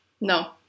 No